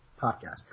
podcast